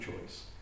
choice